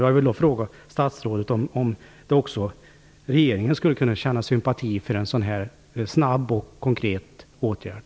Jag vill då fråga statsrådet om också regeringen skulle kunna känna sympati för en snabb och konkret åtgärd.